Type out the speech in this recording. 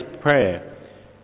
prayer